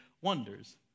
wonders